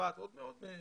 בצרפת ועוד מדינות,